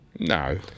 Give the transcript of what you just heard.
No